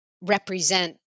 represent